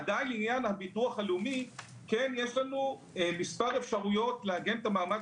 עדיין לעניין הביטוח הלאומי יש לנו מספר אפשרויות לעגן את המעמד